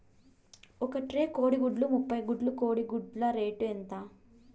ఒక ట్రే కోడిగుడ్లు ముప్పై గుడ్లు కోడి గుడ్ల రేటు ఎంత?